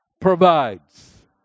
provides